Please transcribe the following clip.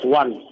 one